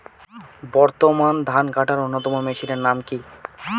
বর্তমানে ধান কাটার অন্যতম মেশিনের নাম কি?